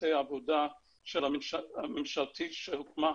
בצוותי העבודה הממשלתית שהוקמה.